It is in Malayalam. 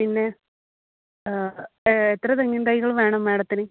പിന്നേ ആ എത്ര തെങ്ങിൻ തൈകൾ വേണം മാഡത്തിന്